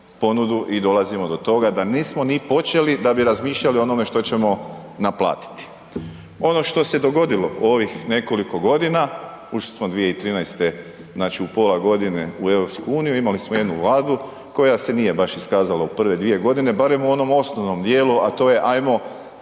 i dolazimo do toga da nismo ni počeli da bi razmišljali što ćemo naplatiti. Ono što se dogodilo u ovih nekoliko godina, ušli smo 2013., znači u pola godine u EU, imali smo jednu Vladu koja se nije baš iskazala u prve 2 g. barem u onom osnovnom djelu a to je ajmo